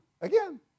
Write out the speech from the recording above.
again